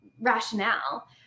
rationale